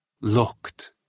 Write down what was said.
looked